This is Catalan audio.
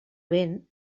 vent